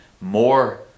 more